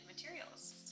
materials